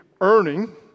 earning